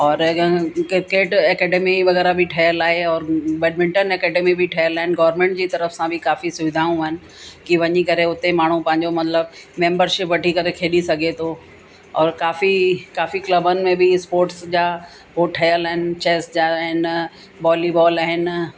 और ईअं cricket academy वग़ैरह बि ठहियलु आहे और बैडमिंटन अकाडमी बि ठहियल आहिनि गौरमेंट जी तरफ़ सां बि काफ़ी सुविधाऊं कई वञी करे उते माण्हू पंहिंजो मतिलबु मैंबरशिप वठी करे खेॾी सघे थो और काफ़ी काफ़ी क्लबनि में बि स्पोर्ट्स जा हो ठहियल आहिनि चैस जा आहिनि बॉलीबॉल आहिनि